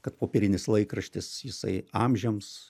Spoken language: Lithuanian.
kad popierinis laikraštis jisai amžiams